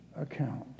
account